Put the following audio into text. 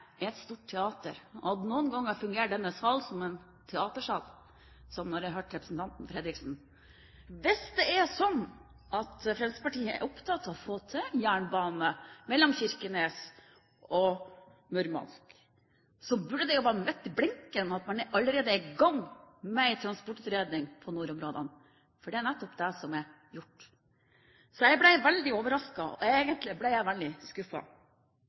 et stort teater, og at noen ganger fungerer denne sal som en teatersal, som da jeg hørte representanten Fredriksen. Hvis det er slik at Fremskrittspartiet er opptatt av å få til en jernbane mellom Kirkenes og Murmansk, burde det være midt i blinken at man allerede er i gang med en transportutredning for nordområdene – for det er nettopp det man er. Jeg ble veldig overrasket, og egentlig ble jeg veldig